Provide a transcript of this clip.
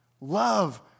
Love